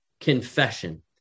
confession